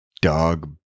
dog